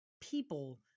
people